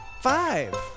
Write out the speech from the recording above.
Five